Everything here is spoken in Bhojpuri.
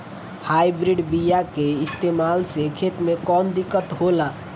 हाइब्रिड बीया के इस्तेमाल से खेत में कौन दिकत होलाऽ?